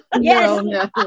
Yes